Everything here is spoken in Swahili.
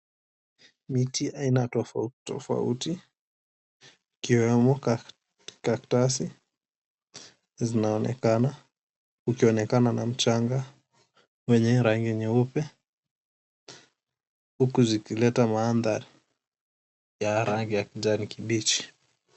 Miti aina tofauti tofauti ikiwemo kaktasi ikionekana na mchanga wenye rangi nyeupe huku zikileta mandhari ya rangi ya kijani kibichi.